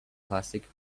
classic